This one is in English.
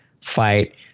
fight